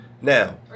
Now